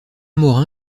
morin